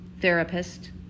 therapist